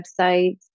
websites